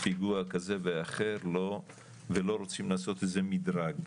פיגוע כזה ואחר ולא רוצים לעשות את זה מידרג,